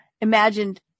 imagined